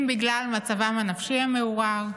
אם בגלל מצבם הנפשי המעורער,